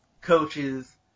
coaches